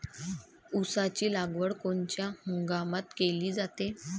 ऊसाची लागवड कोनच्या हंगामात केली जाते?